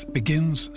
begins